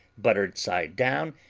buttered side down,